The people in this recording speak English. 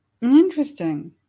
interesting